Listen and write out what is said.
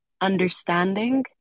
understanding